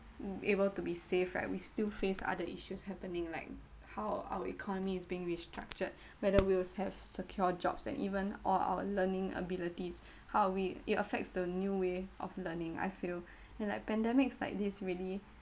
able to be safe right we still face other issues happening like how our economy is being restructured whether we'll have secure jobs and even all our learning abilities how are we it affects the new way of learning I feel and like pandemics like this really